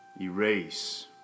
erase